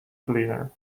cleaner